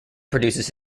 produces